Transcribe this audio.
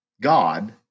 God